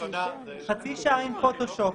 חצי שעה עם פוטושופ.